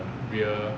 rear